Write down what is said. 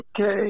okay